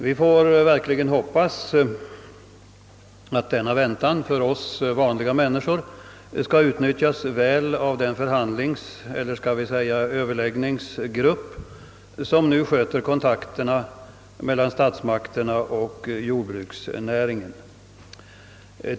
Vi får verkligen hoppas att denna väntan för oss vanliga människor skall utnyttjas väl av den förhandlingseller skall vi säga Ööverläggningsgrupp, som nu sköter kontakterna mellan statsmakterna och jordbruksnäringens företrädare.